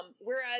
Whereas